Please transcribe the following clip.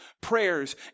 prayers